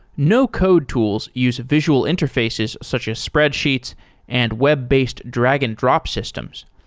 no code tools use visual interfaces such as spreadsheets and web-based drag-and-drop systems.